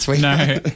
No